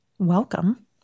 Welcome